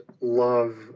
love